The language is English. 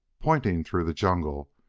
pointing through the jungle,